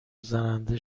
زننده